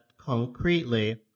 concretely